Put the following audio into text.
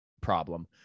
problem